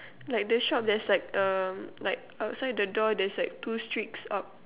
like the shop there's like um outside the door there's like two streaks up